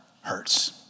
hurts